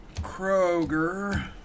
Kroger